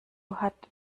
hat